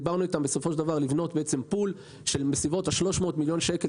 דיברנו איתם על בנייה של pool בסביבות 300 מיליון שקל,